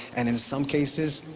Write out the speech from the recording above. and in some cases,